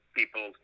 people